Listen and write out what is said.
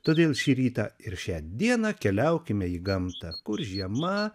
todėl šį rytą ir šią dieną keliaukime į gamtą kur žiema